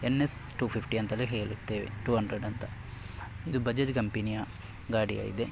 N S two fifty ಅಂತಲೇ ಹೇಳುತ್ತೇವೆ two ಹಂಡ್ರೆಡಂತ ಇದು ಬಜಾಜ್ ಕಂಪೆನಿಯ ಗಾಡಿಯಾಗಿದೆ